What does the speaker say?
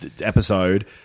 episode